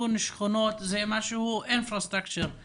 ששיקום שכונות זה משהו תשתיתי.